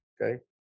okay